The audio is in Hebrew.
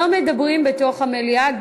לא מדברים בתוך המליאה,